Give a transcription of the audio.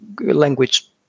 language